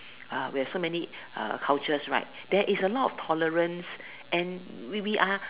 uh we are so many uh cultures right there is a lot of tolerance and we we are